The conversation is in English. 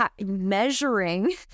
measuring